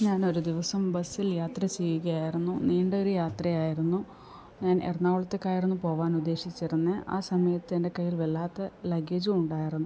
ഞാൻ ഒരു ദിവസം ബസ്സിൽ യാത്ര ചെയ്യുകയായിരുന്നു നീണ്ട ഒരു യാത്രയായിരുന്നു ഞാൻ എറണാകുളത്തേക്കായിരുന്നു പോവാൻ ഉദ്ദേശിച്ചിരുന്നത് ആ സമയത്ത് എൻ്റെ കയ്യിൽ വല്ലാത്ത ലഗേജും ഉണ്ടായിരുന്നു